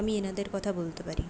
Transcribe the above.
আমি এনাদের কথা বলতে পারি